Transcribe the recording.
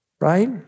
Right